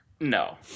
no